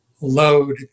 load